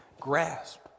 grasp